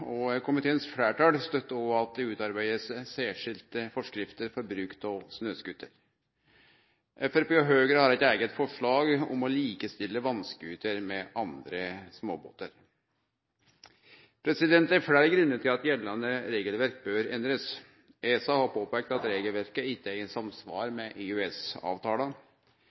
og komiteens fleirtal støttar òg at det utarbeidast særskilte forskrifter for bruk av vass-scooter. Framstegspartiet og Høgre har eit eige forslag om å likestille vass-scooter med andre småbåtar. Det er fleire grunnar til at gjeldande regelverk bør endrast. ESA har påpeikt at regelverket ikkje er i samsvar med